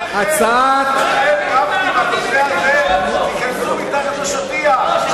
גפני, בנושא הזה תיכנסו מתחת לשטיח.